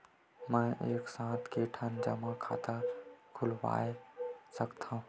मैं एक साथ के ठन जमा खाता खुलवाय सकथव?